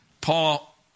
Paul